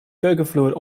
keukenvloer